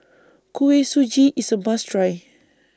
Kuih Suji IS A must Try